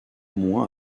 moins